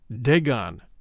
Dagon